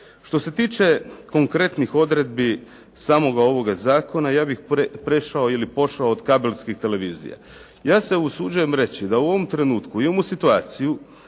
Što se tiče konkretnih odredbi samog ovog zakona, ja bih prešao ili pošao od kabelskih televizija. Ja se usuđujem reći da u ovom trenutku imamo situaciju